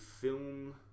film